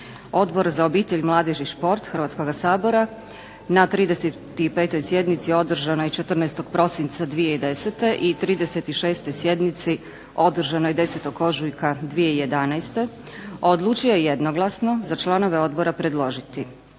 Odbor za obitelj, mladež i šport Hrvatskoga sabora na 35. sjednici održanoj 14. prosinca 2010. i 36. sjednici održanoj 10. ožujka 2011. odlučio je jednoglasno za članove odbora predložiti: